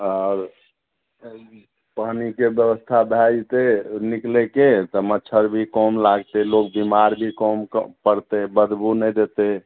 आओर भाइजी पानिके व्यवस्था भए जेतै ओ निकलैके तऽ मच्छर भी कम लागतै लोग बीमार भी कम कम पड़तै बदबू नहि देतै